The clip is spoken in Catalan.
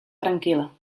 tranquil·la